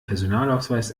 personalausweis